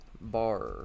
bar